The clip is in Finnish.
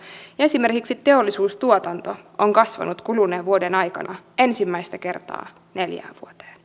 ja esimerkiksi teollisuustuotanto on kasvanut kuluneen vuoden aikana ensimmäistä kertaa neljään vuoteen